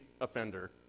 offender